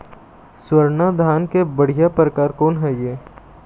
स्वर्णा धान के बढ़िया परकार कोन हर ये?